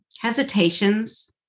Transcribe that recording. hesitations